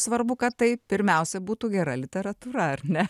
svarbu kad tai pirmiausia būtų gera literatūra ar ne